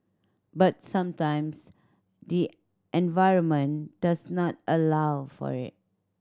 but sometimes the environment does not allow for it